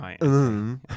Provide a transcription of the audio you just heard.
right